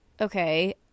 okay